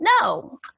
No